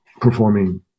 performing